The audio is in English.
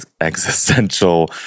existential